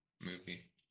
movie